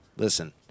Listen